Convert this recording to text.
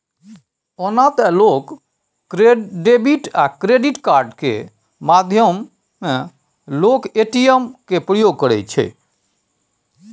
ओना तए लोक डेबिट आ क्रेडिट कार्ड केर माध्यमे लोक ए.टी.एम केर प्रयोग करै छै